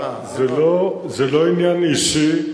זה לא עניין אישי.